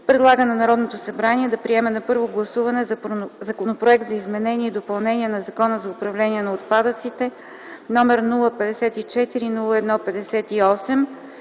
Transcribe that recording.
Предлага на Народното събрание да приеме на първо гласуване Законопроект за изменение и допълнение на Закона за управление на отпадъците, № 054-01-58,